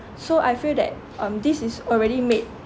so I feel that um this is already made